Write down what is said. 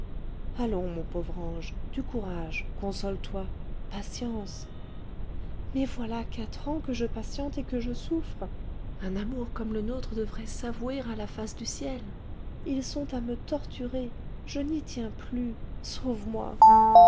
allons mon pauvre ange du courage console-toi patience mais voilà quatre ans que je patiente et que je souffre un amour comme le nôtre devrait s'avouer à la face du ciel ils sont à me torturer je n'y tiens plus sauve-moi